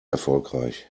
erfolgreich